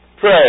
pray